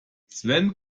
sven